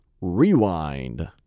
Rewind